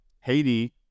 Haiti